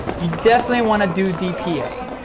you definitely wanna do dpa.